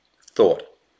thought